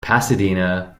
pasadena